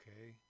Okay